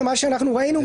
ממה שאנחנו ראינו,